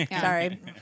Sorry